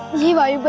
vivaan.